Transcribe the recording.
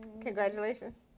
Congratulations